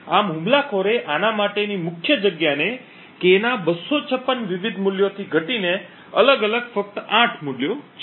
આમ હુમલાખોરે આના માટેની મુખ્ય જગ્યાને K ના 256 વિવિધ મૂલ્યોથી ઘટીને અલગ અલગ ફક્ત 8 મૂલ્યો છે